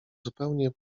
zupełnie